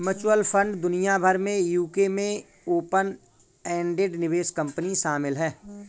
mutual fund दुनिया भर में यूके में ओपन एंडेड निवेश कंपनी शामिल हैं